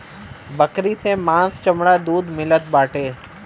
बकरी से मांस चमड़ा दूध मिलत बाटे